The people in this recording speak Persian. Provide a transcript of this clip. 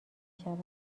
شود